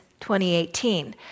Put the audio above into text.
2018